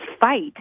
fight